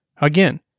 Again